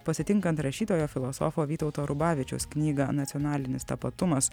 pasitinkant rašytojo filosofo vytauto rubavičiaus knygą nacionalinis tapatumas